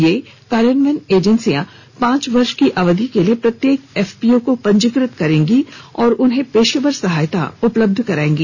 ये कार्यान्वयन एजेंसियां पांच वर्ष की अवधि के लिए प्रत्येक एफपीओ को पंजीकृत करेंगी और उन्हें पेशेवर सहायता उपलब्ध करायेंगी